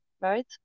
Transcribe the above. right